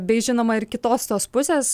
bei žinoma ir kitos tos pusės